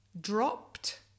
dropped